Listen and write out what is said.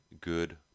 good